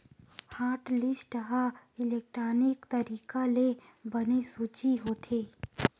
hotlist ह electronic तरीका ले बने सूची होथे